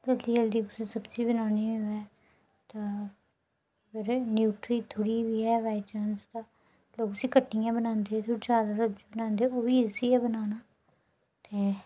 जल्दी जल्दी सब्जी बनानी होऐ तां न्यूटरी थोह्ड़ी जेही बी होऐ बाय चांस लोक उसी कट्टियै बनांदे ओह्बी ईजी गै बनाना ते